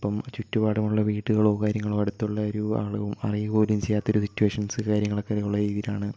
ഇപ്പം ചുറ്റുപാടുമുള്ള വീട്ടുകളോ കാര്യങ്ങളോ അടുത്തുള്ള ഒരു ആളും അറിയുക പോലും ചെയ്യാത്ത ഒരു സിറ്റുവേഷൻസ് കാര്യങ്ങളൊക്കെ ഉള്ള രീതിയിലാണ്